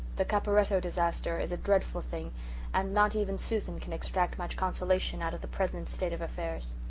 the caporetto disaster is a dreadful thing and not even susan can extract much consolation out of the present state of affairs.